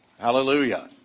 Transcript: hallelujah